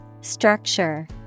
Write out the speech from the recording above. Structure